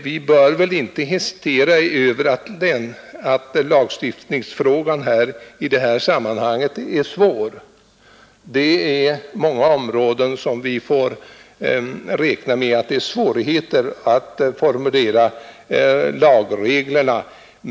Vi bör väl inte hesitera därför att lagstiftningsfrågan i det här sammanhanget är svår. Vi får på många områden räkna med att det finns svårigheter när det gäller att formulera lagreglerna.